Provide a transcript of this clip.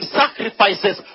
sacrifices